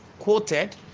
quoted